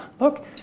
look